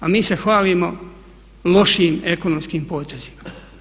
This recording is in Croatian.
A mi se hvalimo lošim ekonomskim potezima.